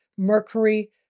Mercury